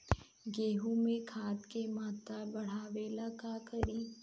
गेहूं में खाद के मात्रा बढ़ावेला का करी?